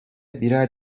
birer